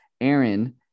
Aaron